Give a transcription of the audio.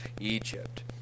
Egypt